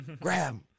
Grab